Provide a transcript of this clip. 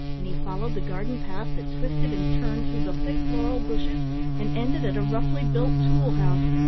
and he followed the garden path that twisted and turned through the thick laurel bushes and ended at a roughly-built tool house.